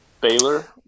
Baylor